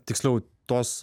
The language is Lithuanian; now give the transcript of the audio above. tiksliau tos